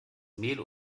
mehl